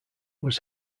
was